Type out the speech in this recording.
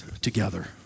together